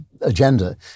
agenda